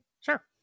Sure